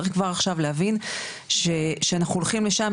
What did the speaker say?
צריך כבר עכשיו להבין שאנחנו הולכים לשם,